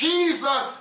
Jesus